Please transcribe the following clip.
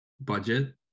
budget